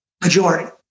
majority